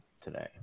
today